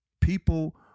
People